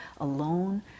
alone